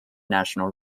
national